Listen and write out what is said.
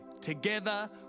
Together